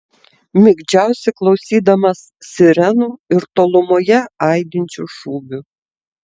migdžiausi klausydamas sirenų ir tolumoje aidinčių šūvių